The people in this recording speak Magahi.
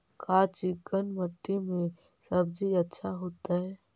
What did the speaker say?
का चिकना मट्टी में सब्जी अच्छा होतै?